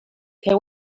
can